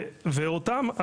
ואותם,